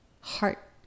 heart